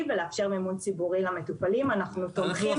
ולאפשר מימון ציבורי למטופלים ואנחנו תומכים בזה.